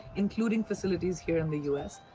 including facilities here in the u s,